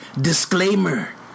disclaimer